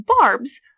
barbs